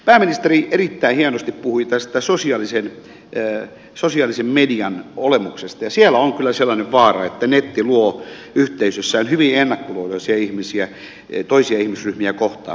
pääministeri erittäin hienosti puhui sosiaalisen median olemuksesta ja siellä on kyllä sellainen vaara että netti luo yhteisössään hyvin ennakkoluuloisia ihmisiä toisia ihmisryhmiä kohtaan